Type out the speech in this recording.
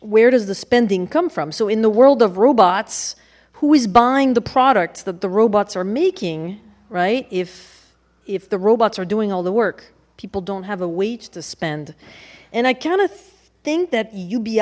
where does the spending come from so in the world of robots who is buying the product that the robots are making right if if the robots are doing all the work people don't have a wait to spend and i kind of think that